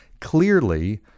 clearly